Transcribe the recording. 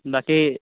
বাকী